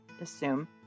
assume